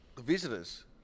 visitors